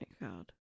god